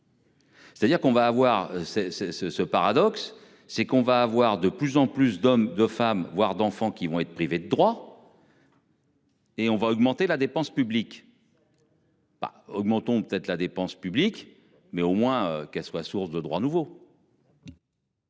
C'est-à-dire qu'on va avoir c'est c'est ce ce paradoxe c'est qu'on va avoir de plus en plus d'hommes, de femmes voir d'enfants qui vont être privés de droits. Et on va augmenter la dépense publique. Pas augmentons peut-être la dépense publique mais au moins qu'elle soit source de droits nouveaux.